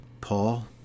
Paul